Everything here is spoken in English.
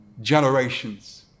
Generations